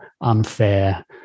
unfair